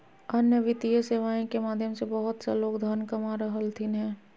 अन्य वित्तीय सेवाएं के माध्यम से बहुत सा लोग धन कमा रहलथिन हें